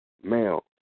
male